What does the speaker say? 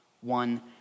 one